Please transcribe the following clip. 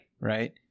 Right